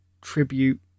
tribute